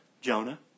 Jonah